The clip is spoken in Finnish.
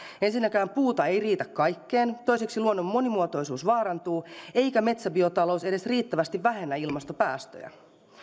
ensinnäkään puuta ei riitä kaikkeen toiseksi luonnon monimuotoisuus vaarantuu eikä metsäbiotalous edes riittävästi vähennä ilmastopäästöjä